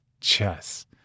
chess